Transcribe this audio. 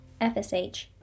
FSH